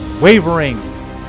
wavering